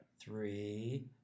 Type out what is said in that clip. three